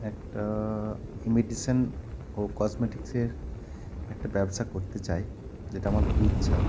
একটা ইমিটেশন ও কসমেটিক্সের একটা ব্যবসা করতে চাই যেটা আমার খুব ইচ্ছা